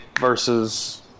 versus